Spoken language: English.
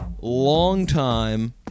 longtime